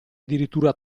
addirittura